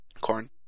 Corn